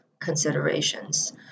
considerations